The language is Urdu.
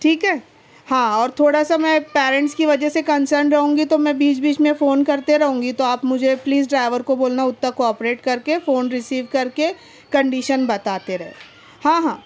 ٹھیک ہے ہاں اور تھوڑا سا میں پیرنٹس کی وجہ سے کنسرن رہوں گی تو میں بیچ بیچ میں فون کرتے رہوں گی تو آپ مجھے پلیز ڈرائیور کو بولنا اتنا کوآپریٹ کر کے فون رسیو کر کے کنڈیشن بتاتے رہے ہاں ہاں